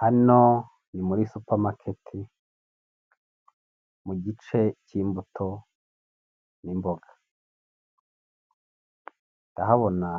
Hano ni muri supamaketi mu gice cy'imbuto n'imboga ndabona